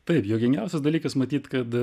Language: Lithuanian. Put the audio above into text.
taip juokingiausias dalykas matyt kad